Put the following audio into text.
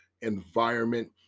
environment